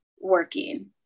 working